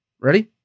Ready